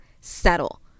settle